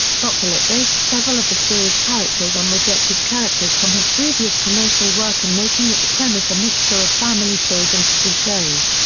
bocquelet based several of the series' characters on rejected characters from his previous commercial work and making its premise a mixture of family shows and school shows,